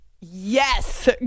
Yes